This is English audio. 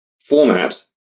format